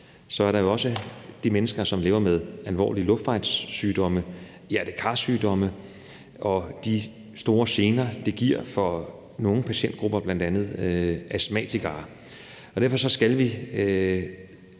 så også er de mennesker, som lever med alvorlige luftvejssygdomme og hjerte-kar-sygdomme og de store gener, det giver for nogle patientgrupper, bl.a. astmatikere, og derfor skal vi